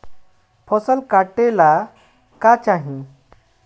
फसल काटेला का चाही?